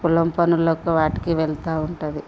పొలం పనులకు వాటికి వెళ్తూ ఉంటుంది